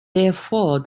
therefore